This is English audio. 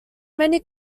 many